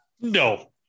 No